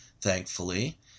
thankfully